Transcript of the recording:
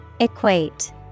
Equate